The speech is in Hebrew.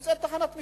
נמצאת תחנת משטרה,